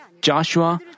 Joshua